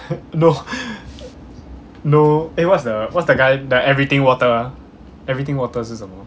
no no eh what's the what's the guy the everything water everything water 是什么